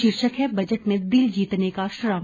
शीर्षक है बजट में दिल जीतने का श्रम